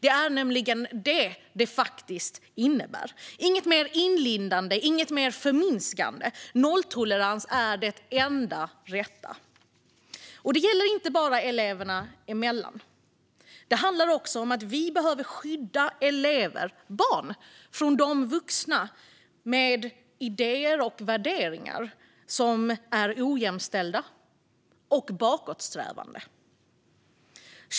Det är nämligen detta som det faktiskt innebär. Inget mer inlindande, inget mer förminskande - nolltolerans är det enda rätta. Det gäller inte bara eleverna emellan. Det handlar också om att vi behöver skydda elever - barn - från de vuxna som har idéer och värderingar som är ojämställda och bakåtsträvande.